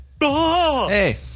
Hey